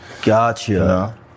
Gotcha